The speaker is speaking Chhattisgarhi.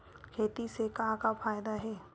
खेती से का का फ़ायदा हे?